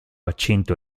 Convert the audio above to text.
accento